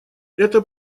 это